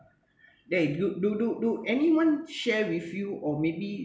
dear do do do anyone share with you or maybe